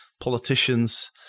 politicians